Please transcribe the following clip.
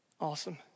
Awesome